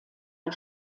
der